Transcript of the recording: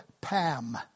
Pam